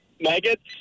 Maggots